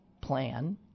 plan